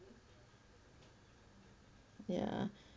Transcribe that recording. ya